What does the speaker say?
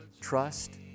trust